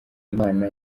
imana